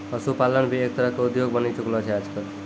पशुपालन भी एक तरह के उद्योग बनी चुकलो छै आजकल